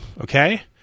Okay